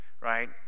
Right